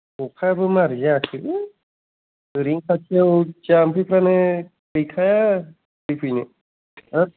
अखायाबो मारै जाखो ओरैनो खाथियाव जाम्फैफ्रानो गैखाया बोरै दै फैनो